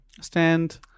stand